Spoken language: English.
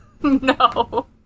No